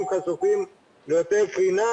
אנשים חשופים ליותר קרינה,